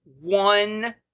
one